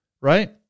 right